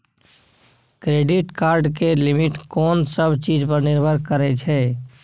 Credit card के limit कोन सब चीज पर निर्भर करै छै?